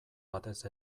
batez